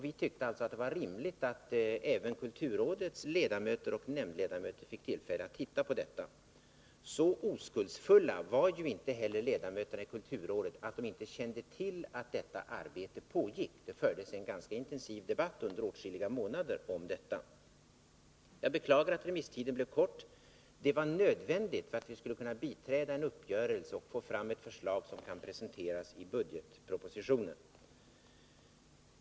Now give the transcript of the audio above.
Vi tyckte alltså att det var rimligt att även kulturrådets ledamöter och nämndledamöterna fick tillfälle att titta på detta. Så oskuldsfulla var inte heller ledamöterna i kulturrådet, att de inte kände till att detta arbete pågick. Det fördes en ganska intensiv debatt under åtskilliga månader om detta. Jag beklagar att remisstiden blev kort. Det var nödvändigt för att vi skulle kunna biträda en uppgörelse och få fram ett förslag som kan presenteras i budgetpropositionen.